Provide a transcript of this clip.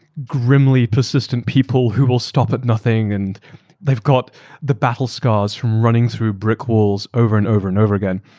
grimly persistent people who will stop at nothing. and they've got the battle scars from running through brick walls over and over and over again.